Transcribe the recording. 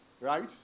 right